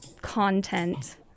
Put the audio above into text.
content